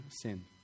sin